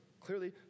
Clearly